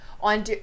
on